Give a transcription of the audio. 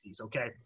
okay